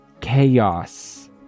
chaos